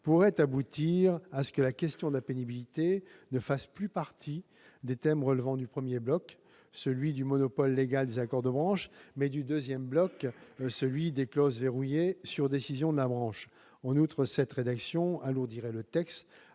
pourrait aboutir à ce que la question de la pénibilité fasse partie non plus des thèmes relevant du premier bloc, celui du monopole légal des accords de branche, mais du deuxième bloc, celui des clauses verrouillées sur décision de la branche. En outre, la rédaction proposée alourdirait le texte,